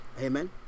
Amen